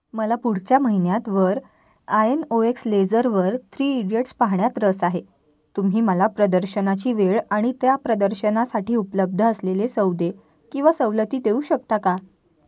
मला पुढच्या महिन्यात वर आयन ओ एक्स लेझरवर थ्री इडियट्स पाहण्यात रस आहे तुम्ही मला प्रदर्शनाची वेळ आणि त्या प्रदर्शनासाठी उपलब्ध असलेले सौदे किंवा सवलती देऊ शकता का